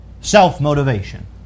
Self-motivation